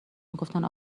میگفتن